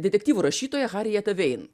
detektyvų rašytoja harijete vein